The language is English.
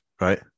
right